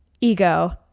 ego